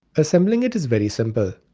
assembling it is very simple,